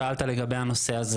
שאלת לגבי הנושא הזה